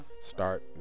start